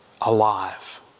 Alive